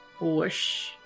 Whoosh